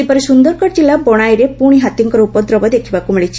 ସେହିପରି ସୁନ୍ଦରଗଡ଼ ଜିଲ୍ଲା ବଶାଇରେ ପୁଶି ହାତୀଙ୍ଙ ଉପଦ୍ରବ ଦେଖିବାକୁ ମିଳିଛି